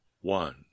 one